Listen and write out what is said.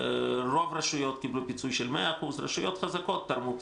רוב הרשויות קיבלו פיצוי של 100%. רשויות חזקות תרמו קצת.